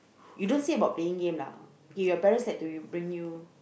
you don't say about playing game lah okay your parents like to bring you